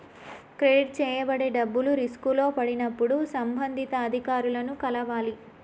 credit చేయబడే డబ్బులు రిస్కులో పడినప్పుడు సంబంధిత అధికారులను కలవాలి